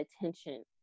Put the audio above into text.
attention